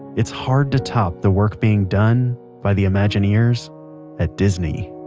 it's hard to top the work being done by the imagineers at disney